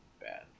Bad